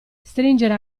stringere